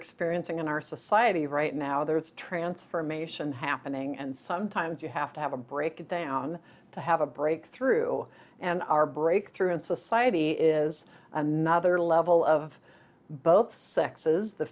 experiencing in our society right now there is transformation happening and sometimes you have to have a breakdown to have a breakthrough and our breakthrough in society is another level of both sexes the